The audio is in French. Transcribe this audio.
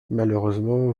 malheureusement